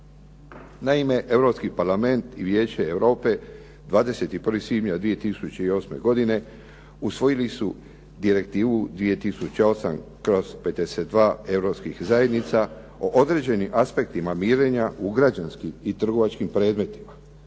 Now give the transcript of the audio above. Naime, Europski parlament i Vijeće Europe 21. svibnja 2008. godine usvojili su Direktivu 2008/52 Europskih zajednica o određenim aspektima mirenja u građanskim i trgovačkim predmetima.